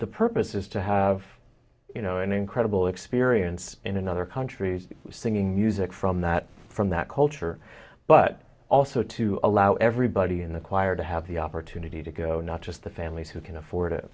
the purpose is to have you know an incredible experience in another country singing music from that from that culture but also to allow everybody in the choir to have the opportunity to go not just the families who can afford it